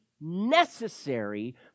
necessary